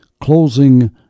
closing